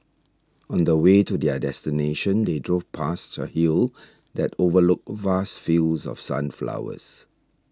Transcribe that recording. on the way to their destination they drove past a hill that overlooked vast fields of sunflowers